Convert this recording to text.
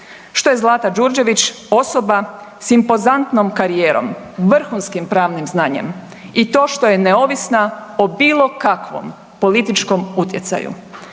Što je Zlata Đurđević osoba s impozantnom karijerom, vrhunskim pravnim znanjem i to što je neovisna o bilo kakvom političkom utjecaju,